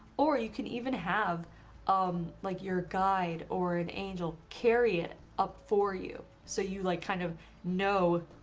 or you can even have um like your guide or an angel carry it up for you so you like kind of know,